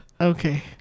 okay